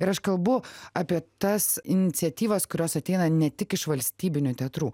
ir aš kalbu apie tas iniciatyvas kurios ateina ne tik iš valstybinių teatrų